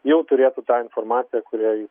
jau turėtų tą informaciją kurią jis